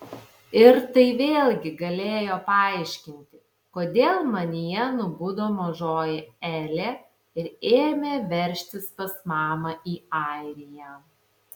ir tai vėlgi galėjo paaiškinti kodėl manyje nubudo mažoji elė ir ėmė veržtis pas mamą į airiją